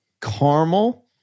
caramel